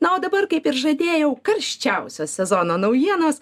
na o dabar kaip ir žadėjau karščiausios sezono naujienos